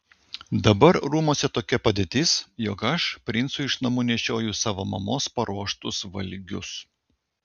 dabar rūmuose tokia padėtis jog aš princui iš namų nešioju savo mamos paruoštus valgius